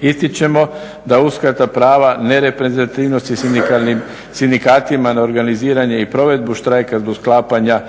Ističemo da uskrata prava nereprezentativnosti sindikatima na organiziranje i provedbu štrajka zbog sklapanja